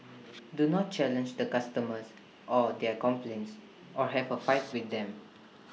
do not challenge the customers or their complaints or have A fight with them